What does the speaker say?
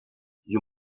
you